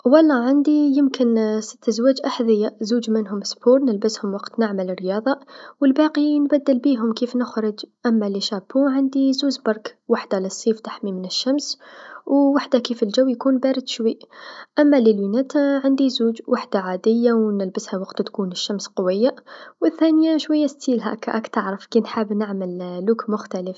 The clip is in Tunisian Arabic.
و الله عندي يمكن ست زواج أحذية، زوج منهم سبور نلبسهم وقت نعمل رياضه و الباقي نبدل بيهم كيف نخرج، أما القبعات عندي زوز برك وحدا للصيف تحمي من الشمس وحدا كيف يكون الحال بارد شويا، أما النظارات عندي زوج وحدا عاديه و نلبسها وقت تكون الشمس تكون قويه و ثانيا شويا ستيل راك تعرف كنحب نعمل لوك مختلف.